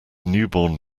newborn